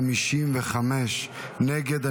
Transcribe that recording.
52 נגד.